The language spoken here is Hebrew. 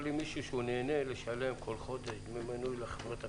אבל אם מישהו שנהנה לשלם כל חודש דמי מנוי לחברות הכבלים,